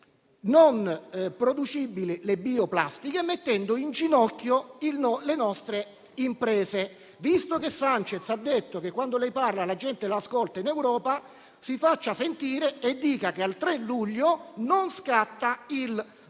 non producibili le bioplastiche, mettendo in ginocchio le nostre imprese. Visto che Sanchez ha detto che, quando lei parla, la gente la ascolta in Europa, si faccia sentire e dica che il 3 luglio non deve scattare il divieto